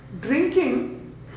drinking